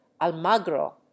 almagro